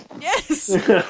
Yes